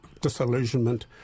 disillusionment